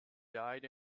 died